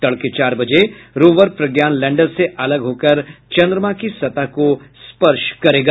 तड़के चार बजे रोवर प्रज्ञान लैंडर से अलग होकर चन्द्रमा की सतह को स्पर्श करेगा